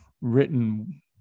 written